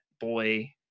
boy